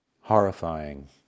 horrifying